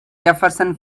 jefferson